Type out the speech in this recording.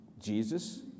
Jesus